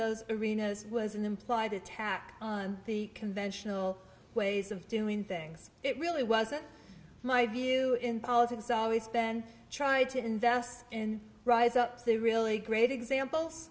those arenas was an implied attack on the conventional ways of doing things it really wasn't my view in politics always ben try to invest in rise up the really great examples